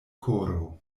koro